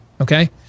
okay